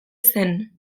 zen